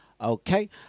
Okay